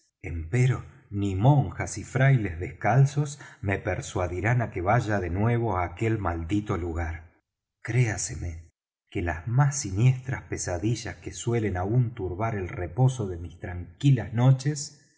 ellas empero ni monjas y frailes descalzos me persuadirán á que vaya de nuevo á aquel maldito lugar créaseme que las más siniestras pesadillas que suelen aún turbar el reposo de mis tranquilas noches